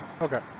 Okay